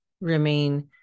remain